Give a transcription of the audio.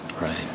Right